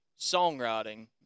songwriting